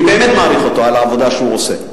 אני באמת מעריך אותו על העבודה שהוא עושה.